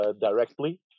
directly